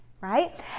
right